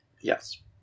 Yes